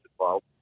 involved